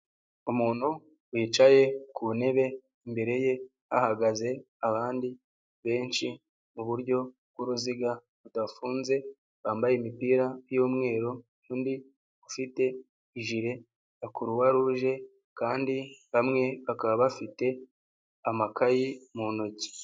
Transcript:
Umuntu wicaye ku ntebe imbere ye ahagaze abandi benshi m'uburyo bw'uruziga rudafunze, bambaye imipira y'umweru undi ufite ijire ya kuruwaruje kandi bamwe bakaba bafite amakayi mu ntoki.